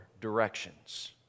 directions